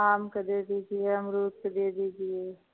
आम का दे दीजिए अमरूद का दे दीजिए